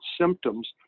symptoms